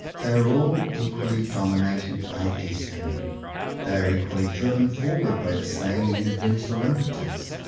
they are all equally dominated by destiny they are equally driven forward by the same univer sal impetus.